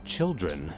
Children